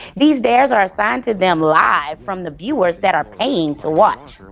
these dares are assigned to them live, from the viewers that are paying to watch.